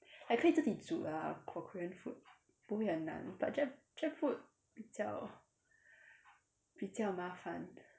like 可以自己煮啊 for korean food 不会很难 but jap jap food 比较比较麻烦